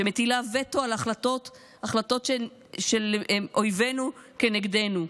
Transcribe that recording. שמטילה וטו על החלטות של אויבינו כנגדנו,